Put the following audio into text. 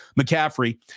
McCaffrey